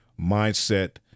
mindset